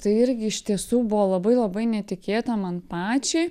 tai irgi iš tiesų buvo labai labai netikėta man pačiai